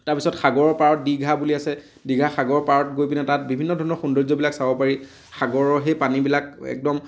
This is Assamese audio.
তাৰ পিছত সাগৰৰ পাৰত দীঘা বুলি আছে দীঘা সাগৰৰ পাৰত গৈ পিনে তাত বিভিন্ন ধৰণৰ সৌন্দৰ্যবিলাক চাব পাৰি সাগৰৰ সেই পানীবিলাক একদম